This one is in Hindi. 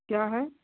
क्या है